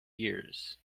years